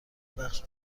بخش